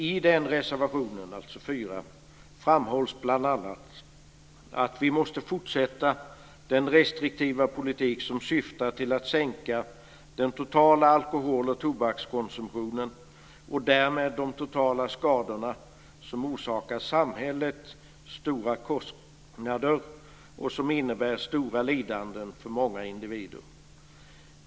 I reservation 4 framhålls bl.a. att vi måste fortsätta den restriktiva politik som syftar till att sänka den totala alkohol och tobakskonsumtionen och därmed de totala skadorna, som orsakar samhället stora kostnader och som innebär stora lidanden för många individer.